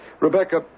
Rebecca